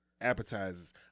appetizers